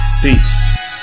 Peace